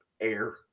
Air